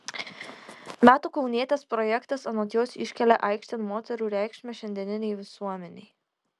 metų kaunietės projektas anot jos iškelia aikštėn moterų reikšmę šiandieninei visuomenei